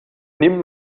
nimm